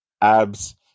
Abs